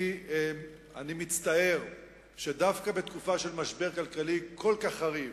אני מצטער שדווקא בתקופה של משבר כלכלי כל כך חריף,